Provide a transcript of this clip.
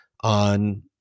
on